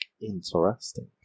interesting